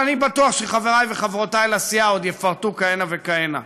אבל אני בטוח שחברי וחברותי לסיעה עוד יפרטו כהנה וכהנה.